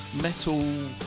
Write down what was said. metal